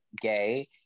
gay